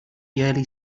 yearly